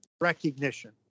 recognition